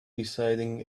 deciding